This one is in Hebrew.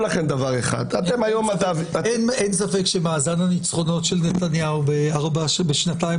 אין ספק שמאזן הניצחונות של נתניהו בשנתיים